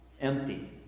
empty